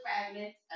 fragments